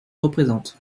représentent